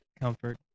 comfort